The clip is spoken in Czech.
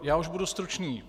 Já už budu stručný.